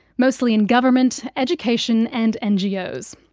mostly in government, education, and ngos.